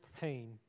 pain